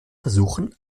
versuchen